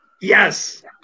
Yes